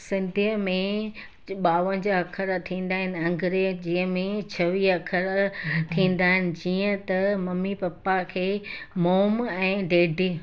सिंधीअ में ॿावंजाह अखर थींदा आहिनि अंग्रेज़ीअ में छवीह अखर थींदा आहिनि जीअं त ममी पपा खे मोम ऐं डेडी